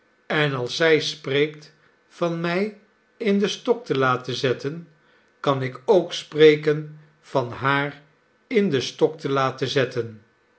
en als zij spreekt van mij in den stok te laten zetten kan ik ook spreken van haar in den stok te laten zetten